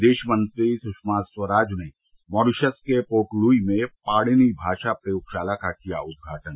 विदेश मंत्री सुषमा स्वराज ने मारीशस के पोर्ट लुई में पाणिनी भाषा प्रयोगशाला का किया उद्घाटन